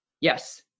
Yes